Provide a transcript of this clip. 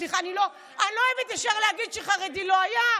סליחה, אני לא אוהבת ישר להגיד שחרדי לא היה.